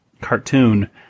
cartoon